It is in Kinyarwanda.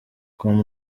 com